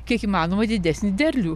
kiek įmanoma didesnį derlių